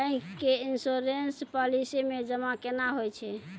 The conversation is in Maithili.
बैंक के इश्योरेंस पालिसी मे जमा केना होय छै?